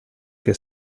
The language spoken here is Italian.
che